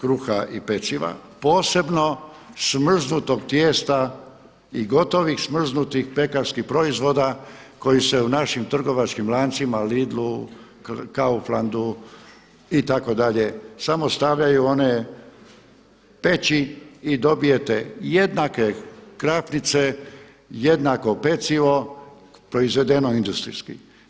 kruha i peciva posebno smrznutih tijesta i gotovih smrznutih pekarskih proizvoda koji se u našim trgovačkim lancima Lidlu, Kauflandu itd. samo stavljaju one peći i dobijete jednake krafnice, jednako pecivo proizvedeno industrijski.